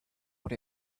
what